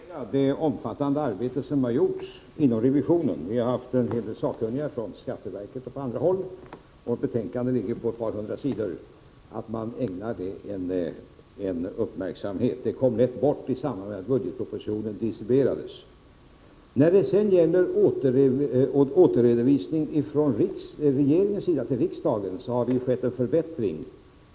Herr talman! Min avsikt var närmast att signalera det omfattande arbete som gjorts inom revisionen. Vi har haft en hel del sakkunniga från riksskatteverket och från andra håll, och vårt betänkande är på ett par hundra sidor. Det är väsentligt att ägna det arbetet uppmärksamhet — betänkandet kom lätt bort i samband med att budgetpropositionen distribuerades. Beträffande återredovisningen från regeringens sida till riksdagen har det skett en förbättring.